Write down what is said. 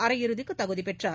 அரையிறுதிக்கு தகுதி பெற்றார்